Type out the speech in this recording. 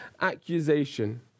accusation